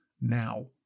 now